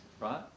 right